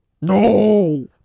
No